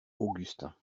augustin